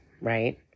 Right